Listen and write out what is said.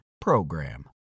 PROGRAM